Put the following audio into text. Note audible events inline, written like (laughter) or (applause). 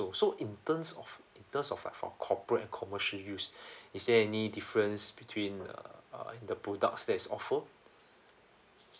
so in terms of in terms of like for corporate and commercial use (breath) is there any difference between uh in the products that is offered (breath)